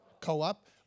Co-op